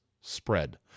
spread